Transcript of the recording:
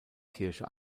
kirche